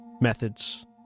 methods